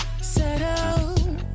settle